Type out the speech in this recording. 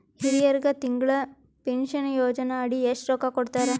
ಹಿರಿಯರಗ ತಿಂಗಳ ಪೀನಷನಯೋಜನ ಅಡಿ ಎಷ್ಟ ರೊಕ್ಕ ಕೊಡತಾರ?